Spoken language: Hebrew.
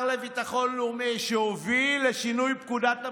השר לביטחון לאומי, שהוביל לשינוי פקודת המשטרה,